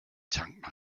tank